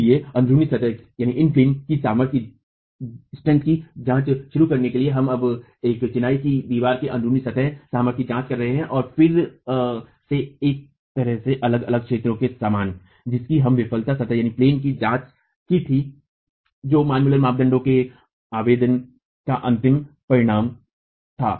इसलिए अन्ध्रुनी सतह की सामर्थ्य की जांच शुरू करने के लिए हम अब एक चिनाई की दीवार की अन्ध्रुनी सतह सामर्थ्य की जांच कर रहे हैं और फिर से एक तरह से अलग अलग क्षेत्रों के समानजिनकी हमने विफलता सतह में जांच की थी जो मान मूलर मानदंड के आवेदन का अंतिम परिणाम था